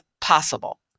possible